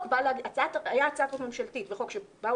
הייתה הצעת חוק ממשלתית וחוק שבאו